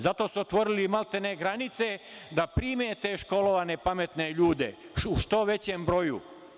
Zato su otvorili, maltene, granice, da prime te školovane i pametne ljude u što većem broju.